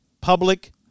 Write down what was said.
public